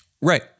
Right